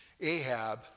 Ahab